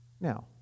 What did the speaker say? Now